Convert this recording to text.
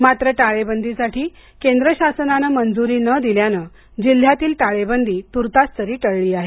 मात्र टाळेबंदीसाठी केंद्र शासनाने मंजूरी न दिल्याने जिल्ह्यातील टाळेबंदी तूर्तास तरी टळली आहे